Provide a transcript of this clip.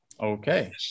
Okay